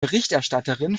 berichterstatterin